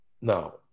now